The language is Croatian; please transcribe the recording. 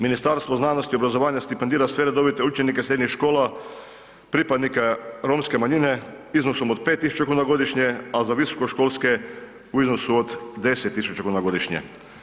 Ministarstvo znanosti i obrazovanja stipendira sve redovite učenike srednjih škola pripadnika romske manjine iznosom od 5.000 kuna godišnje, a za visokoškolske u iznosu od 10.000 kuna godišnje.